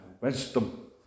wisdom